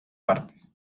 partes